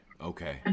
okay